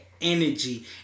energy